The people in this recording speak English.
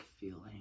feeling